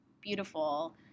beautiful